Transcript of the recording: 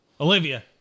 Olivia